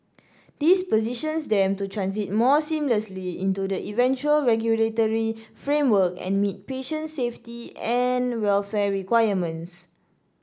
this positions them to transit more seamlessly into the eventual regulatory framework and meet patient safety and welfare requirements